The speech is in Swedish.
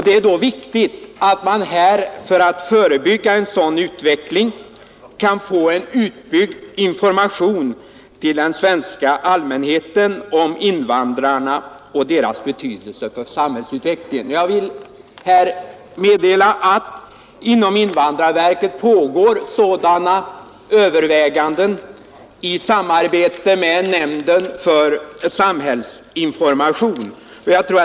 Det är då viktigt att man för att motverka en sådan utveckling kan få en utbyggd information till den svenska allmänheten om invandrarna och deras betydelse för sam hällsutvecklingen. Jag vill här meddela att det inom invandrarverket pågår sådana överväganden i samarbete med nämnden för samhällsinformation.